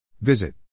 Visit